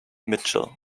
mitchell